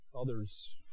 others